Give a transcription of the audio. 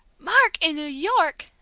mark in new york!